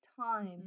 time